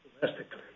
domestically